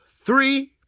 three